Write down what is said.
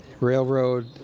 railroad